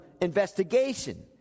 investigation